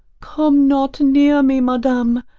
come not near me, madam,